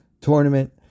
tournament